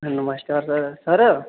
नमस्कार sir sir